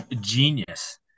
genius